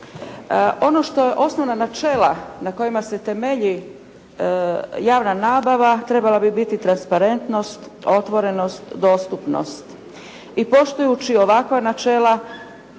Ono što osnovna načela na kojima se temelji javna nabava, trebala bi biti transparentnost, otvorenost, dostupnost i poštujući ovakva načela,